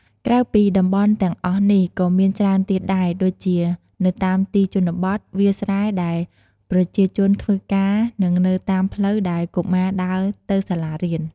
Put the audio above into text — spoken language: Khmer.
ក្រៅពីតំបន់ទាំងអស់នេះ ក៏មានច្រើនទៀតដែរ ដូចជានៅតាមទីជនបទ វាលស្រែដែលប្រជាជនធ្វើការ និងនៅតាមផ្លូវដែលកុមារដើរទៅសាលារៀន ។